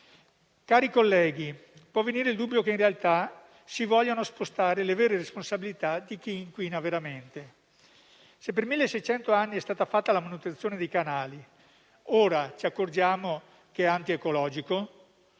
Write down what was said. Cari colleghi, può venire il dubbio che, in realtà, si vogliano spostare le vere responsabilità di chi inquina veramente. Se per milleseicento anni è stata fatta la manutenzione dei canali, ora ci accorgiamo che è anti ecologico?